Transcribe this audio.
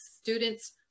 students